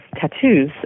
tattoos